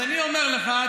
אז אני אומר לך,